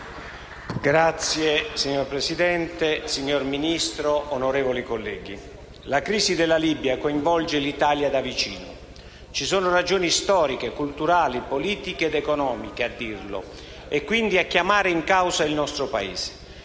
Signor Presidente, signor Ministro, onorevoli colleghi, la crisi della Libia coinvolge l'Italia da vicino. Ci sono ragioni storiche, culturali, politiche ed economiche a dirlo e, quindi, a chiamare in causa il nostro Paese.